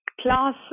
Class